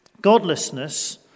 godlessness